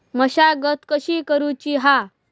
मशागत कशी करूची हा?